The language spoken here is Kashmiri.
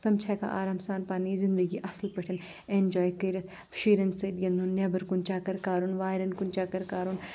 تِم چھِ ہٮ۪کان آرام سان پنٕنۍ زندگی اصل پٲٹھۍ ایٚنجاے کٔرِتھ شُرٮ۪ن سۭتۍ گِنٛدُن نیٚبر کُن چکر کرُن وارٮ۪ن کُن چکر کرُن